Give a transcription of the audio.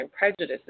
prejudices